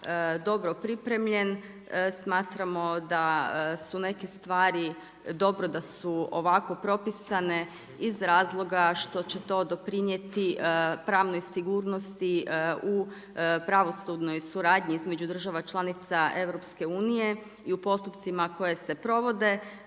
dobro pripremljen. Smatramo da su neke stvari dobro da su ovako propisane iz razloga što će to doprinijeti pravnoj sigurnosti u pravosudnoj suradnji između država članica EU i u postupcima koje se provode.